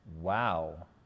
Wow